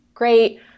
Great